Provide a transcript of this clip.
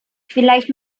vielleicht